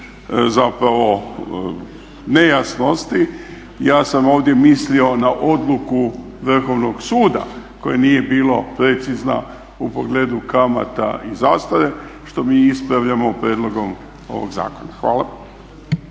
zapravo nejasnosti. Ja sam ovdje mislio na odluku Vrhovnog suda koja nije bila precizna u pogledu kamata i zastare što mi ispravljamo prijedlogom ovog zakona. Hvala.